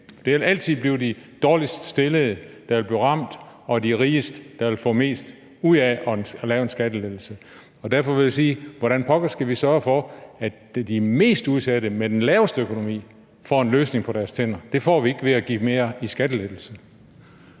Det vil altid blive de dårligst stillede, der vil blive ramt, og de rigeste, der vil få mest ud af at lave en skattelettelse. Derfor vil jeg sige: Hvordan pokker skal vi sørge for, at de mest udsatte med den laveste økonomi får en løsning på deres tænder? Det får vi ikke ved at give mere i skattelettelse.